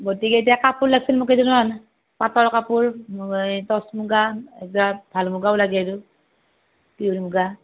গতিকে এতিয়া কাপোৰ লাগিছিল মোক কেইযোৰ মান পাটৰ কাপোৰ টচ মুগা তাৰ পাছত ভাল মুগাও লাগে এযোৰ পিঅ'ৰ মুগা